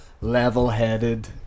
level-headed